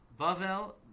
Bavel